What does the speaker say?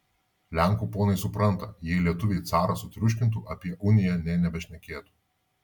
lenkų ponai supranta jei lietuviai carą sutriuškintų apie uniją nė nebešnekėtų